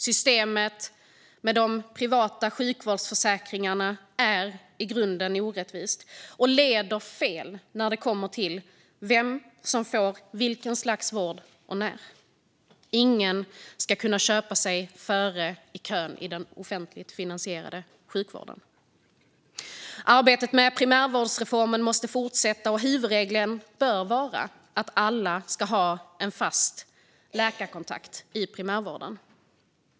Systemet med privata sjukvårdsförsäkringar är i grunden orättvist och leder fel när det gäller vem som får vilket slags vård och när. Ingen ska kunna köpa sig före i kön i den offentligt finansierade sjukvården. Arbetet med primärvårdsreformen måste fortsätta, och huvudregeln bör vara att alla ska ha en fast läkarkontakt i primärvården.